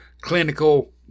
clinical